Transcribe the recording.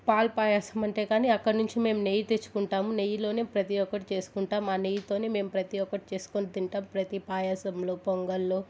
పాల పాయసం అంటే కానీ అక్కడి నుంచి మేము నెయ్యి తెచ్చుకుంటాం నెయ్యిలోనే ప్రతి ఒక్కటి చేసుకుంటాం ఆ నెయ్యితో మేం ప్రతి ఒక్కటి చేసుకొని తింటాం ప్రతి పాయసంలో పొంగల్లో